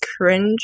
cringe